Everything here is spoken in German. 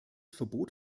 verbot